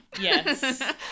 Yes